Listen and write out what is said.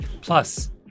Plus